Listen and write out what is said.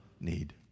need